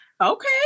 Okay